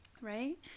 right